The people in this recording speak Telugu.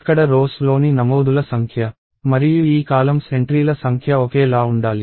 ఇక్కడ రోస్ లోని నమోదుల సంఖ్య మరియు ఈ కాలమ్స్ ఎంట్రీల సంఖ్య ఒకే లా ఉండాలి